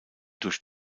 durch